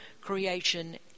creation